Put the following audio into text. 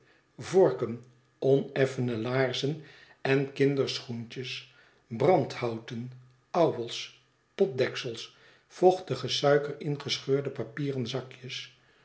vorken oneffene laarzen en kinderschoentjes brandhouten ouwels potdeksels vochtige suiker in gescheurde papieren zakjes